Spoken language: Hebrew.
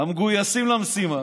המגויסים למשימה,